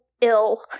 ill